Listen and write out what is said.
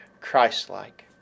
Christ-like